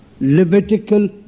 Levitical